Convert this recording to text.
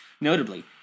Notably